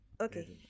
Okay